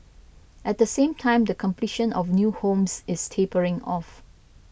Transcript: at the same time the completion of new homes is tapering off